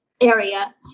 area